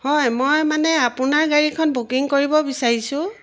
হয় মই মানে আপোনাৰ গাড়ীখন বুকিং কৰিব বিচাৰিছোঁ